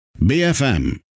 BFM